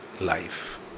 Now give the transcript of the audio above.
life